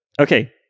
Okay